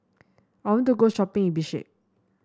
I want to go shopping in Bishkek